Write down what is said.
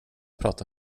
prata